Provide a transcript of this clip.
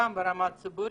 גם ברמה הציבורית.